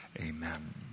Amen